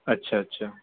अच्छा अच्छा